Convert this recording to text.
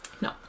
No